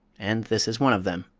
and this is one of them.